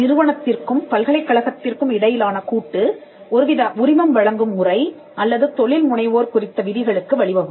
நிறுவனத்திற்கும் பல்கலைக்கழகத்திற்கும் இடையிலான கூட்டு ஒருவித உரிமம் வழங்கும் முறை அல்லது தொழில் முனைவோர் குறித்த விதிகளுக்கு வழிவகுக்கும்